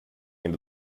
into